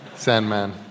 Sandman